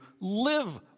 live